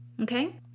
Okay